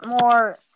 more